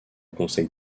conseil